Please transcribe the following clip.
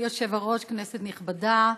אדוני היושב-ראש, כנסת נכבדה,